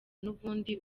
n’ubundi